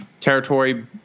territory